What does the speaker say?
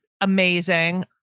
amazing